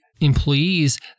employees